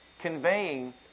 conveying